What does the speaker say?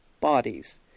bodies